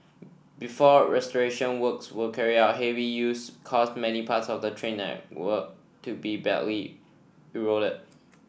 before restoration works were carried out heavy use caused many parts of the trail network to be badly eroded